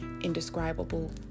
indescribable